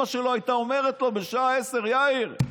אימא שלו הייתה אומרת לו בשעה 10:00: יאיר,